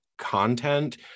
Content